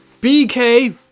BK